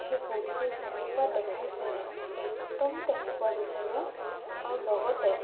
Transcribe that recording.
সেই কূৰ্টীটো যেনেকুৱা দেখাইছিলে একদম তেনেকুৱা দিছে মোক আৰু লগতে